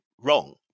wrong